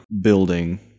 building